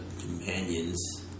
companions